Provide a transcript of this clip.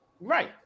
right